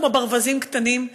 כמו ברווזים קטנים.